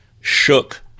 shook